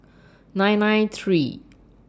nine nine three